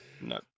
No